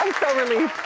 so relieved.